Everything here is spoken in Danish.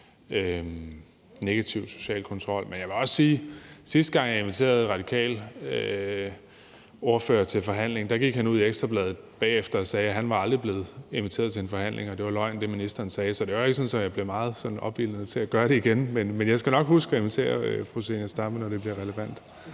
negativ social kontrol. Men jeg vil også sige, at sidste gang jeg inviterede en radikal ordfører til forhandling, gik han ud i Ekstra Bladet bagefter og sagde, at han aldrig var blevet inviteret til en forhandling, og at det var løgn, hvad ministeren sagde. Så det er ikke sådan, at jeg bliver meget opildnet til at gøre det igen. Men jeg skal nok huske at invitere fru Zenia Stampe, når det bliver relevant.